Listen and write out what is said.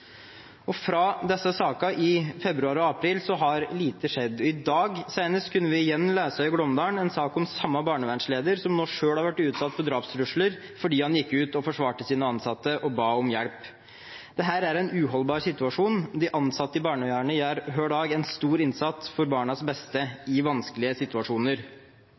engasjement fra både barne- og likestillingsministeren og justisministeren. Etter disse sakene i februar og april har lite skjedd. Senest i dag kunne vi igjen lese i Glåmdalen en sak om samme barnevernsleder, som nå selv har vært utsatt for drapstrusler fordi han gikk ut og forsvarte sine ansatte og ba om hjelp. Dette er en uholdbar situasjon. De ansatte i barnevernet gjør hver dag en stor innsats for barnas beste i vanskelige situasjoner.